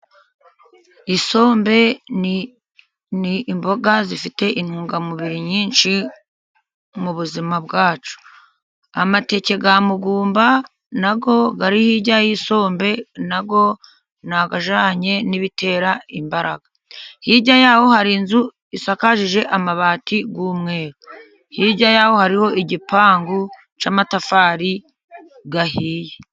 Isombe ni imboga zifite intungamubiri nyinshi mu buzima bwacu. Amateke ya mugumba na yo ari hirya y'isombe, na yo ni ajyanye n'ibitera imbaraga. Hirya yaho hari inzu isakaje amabati y'umweru, hirya yaho hariho igipangu cy'amatafari ahiye.